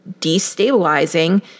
destabilizing